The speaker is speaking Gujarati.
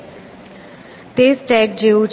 તે સ્ટેક જેવું છે